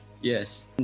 Yes